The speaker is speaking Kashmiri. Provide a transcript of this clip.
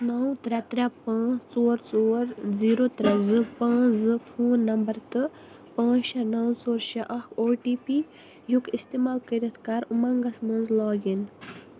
نَو ترٛےٚ ترٛےٚ پانٛژ ژور ژور زیٖرَو ترٛےٚ زٕ پانٛژ زٕ فون نمبر تہٕ پانٛژ شےٚ نَو ژور شےٚ اَکھ او ٹی پی یُک اِستعمال کٔرِتھ کَر اُمنٛگس مَنٛز لاگ اِن